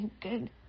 good